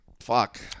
Fuck